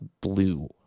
blue